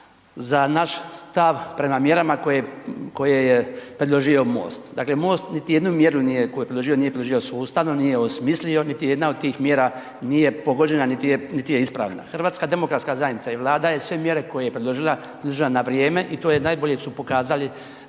za naš stav prema mjerama koje je predložio MOST. Dakle, MOST niti jednu mjeru nije, koju je predložio, nije predložio sustavno, nije osmislio, niti jedna od tih mjera nije pogođena niti je ispravna. HDZ i Vlada je sve mjere koje je predložila, predložila na vrijeme i to je najbolje su pokazali